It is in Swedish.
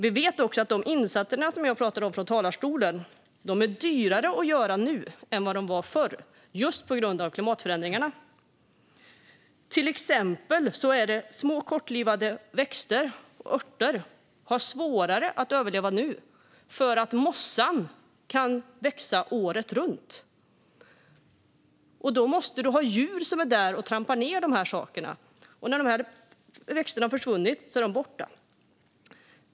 Vi vet också att de insatser som jag pratade om i talarstolen är dyrare att göra nu än de var förr, just på grund av klimatförändringarna. Till exempel har små kortlivade växter, örter, svårare att överleva nu därför att mossan kan växa året runt. Då måste man ha djur som är där och trampar ned, för när de här växterna har försvunnit är de borta.